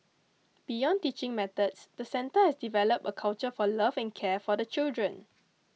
beyond teaching methods the centre has developed a culture for love and care for the children